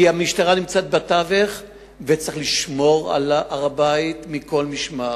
כי המשטרה נמצאת בתווך וצריך לשמור על הר-הבית מכל משמר.